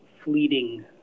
fleeting